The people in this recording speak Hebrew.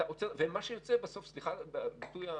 ומה שיוצא בסוף, סליחה על הביטוי,